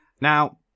Now